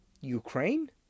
Ukraine